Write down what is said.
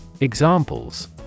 Examples